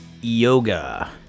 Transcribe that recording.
yoga